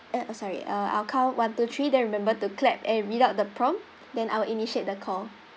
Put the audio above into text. err uh sorry uh I'll count one two three then remember to clap and read out the prompt then I'll initiate the call